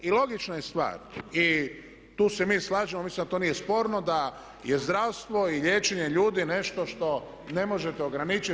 I logična je stvar i tu se mi slažemo, mislim da to nije sporno da je zdravstvo i liječenje ljudi nešto što ne možete ograničiti.